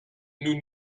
nous